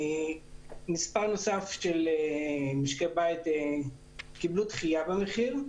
מספר נוסף של משקי בית קיבלו דחייה במחיר.